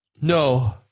No